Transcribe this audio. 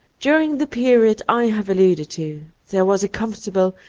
during the period i have alluded to there was a comfortable,